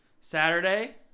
Saturday